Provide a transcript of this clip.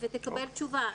ותקבל תשובה.